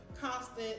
constant